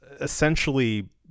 essentially